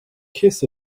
kiss